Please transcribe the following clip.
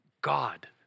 God